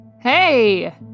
Hey